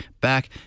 back